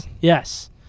Yes